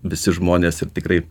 visi žmonės ir tikrai